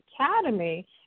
Academy